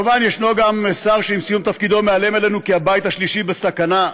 מובן שישנו גם שר שעם סיום תפקידו מאיים עלינו כי הבית השלישי בסכנה.